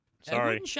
sorry